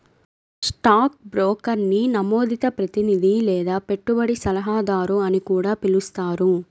stock బ్రోకర్ని నమోదిత ప్రతినిధి లేదా పెట్టుబడి సలహాదారు అని కూడా పిలుస్తారు